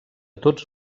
tots